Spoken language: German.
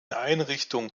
einrichtung